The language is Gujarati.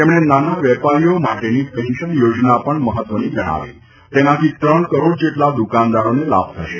તેમણે નાના વેપારીઓને માટેની પેન્શન યોજના પણ મહત્વની ગણાવી તેનાથી ત્રણ કરોડ જેટલા દુકાનદારોને લાભ થશે